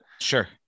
sure